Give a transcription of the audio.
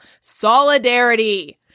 Solidarity